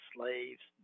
Slaves